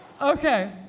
Okay